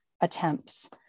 attempts